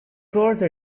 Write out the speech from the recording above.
course